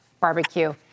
barbecue